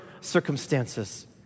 circumstances